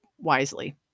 wisely